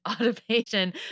automation